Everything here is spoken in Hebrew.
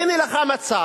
הנה לך מצב